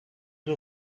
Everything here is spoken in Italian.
due